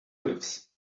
lives